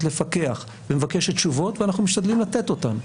לפקח ומבקשת תשובות ואנחנו משתדלים לתת אותן.